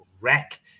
wreck